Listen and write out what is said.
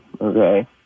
okay